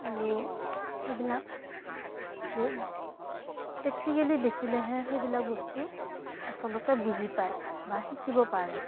আৰু সেইবিলাক প্ৰেক্টিকেলি দেখিলেহে সেইবিলাক বস্তু আচলতে বুজি পাই বা শিকিব পাৰে